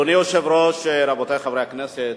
אדוני היושב-ראש, רבותי חברי הכנסת,